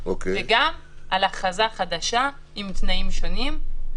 וגם על הכרזה חדשה עם תנאים שונים,